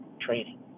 training